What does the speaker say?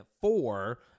four